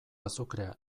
azukrea